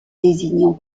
désignant